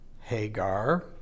Hagar